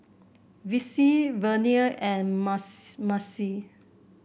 Vicy Vernia and Marcie